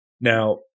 Now